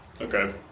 Okay